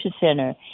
center